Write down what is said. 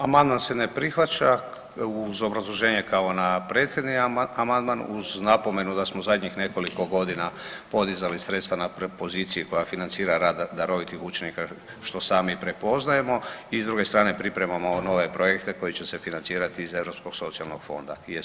Amandman se ne prihvaća uz obrazloženje kao na prethodni amandman uz napomenu da smo u zadnjih nekoliko godina podizali sredstva na poziciji koja financira rad darovitih učenika što sami i prepoznajemo i s druge strane pripremamo nove projekte koji će se financirati iz Europskog socijalnog fonda i ISF-PLUS.